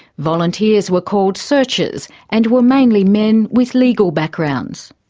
volunteers were called searchers and were mainly men with legal backgrounds.